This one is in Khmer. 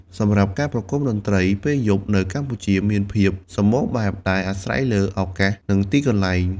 សម្រាប់ការប្រគំតន្ត្រីពេលយប់នៅកម្ពុជាមានភាពសម្បូរបែប ដែលអាស្រ័យលើឱកាស និងទីកន្លែង។